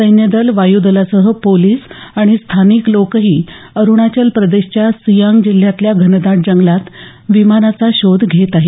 सैन्यदल वायुदलासह पोलिस आणि स्थानिक लोकही अरुणाचल प्रदेशच्या सियांग जिल्ह्यातल्या घनदाट जंगलात विमानाचा शोध घेत आहेत